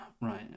right